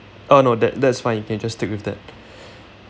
uh no that that's fine you can just stick with that